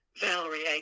Valerie